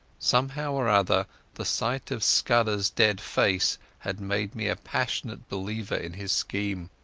somehow or other the sight of scudderas dead face had made me a passionate believer in his scheme.